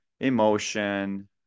emotion